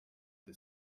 the